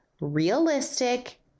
realistic